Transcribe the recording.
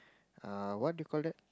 uh what do you call that